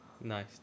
Nice